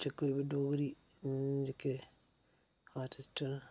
जां कोई बी डोगरी जेह्के आर्टिस्ट न